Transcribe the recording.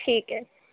ٹھیک ہے